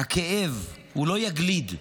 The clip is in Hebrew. הכאב, הוא לא יגליד.